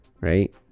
right